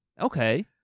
Okay